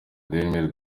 dailymail